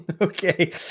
Okay